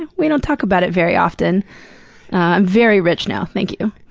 and we don't talk about it very often. i'm very rich now, thank you.